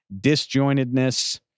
disjointedness